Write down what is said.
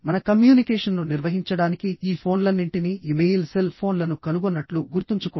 మన కమ్యూనికేషన్ను నిర్వహించడానికి ఈ ఫోన్లన్నింటినీ ఇమెయిల్ సెల్ ఫోన్లను కనుగొన్నట్లు గుర్తుంచుకోండి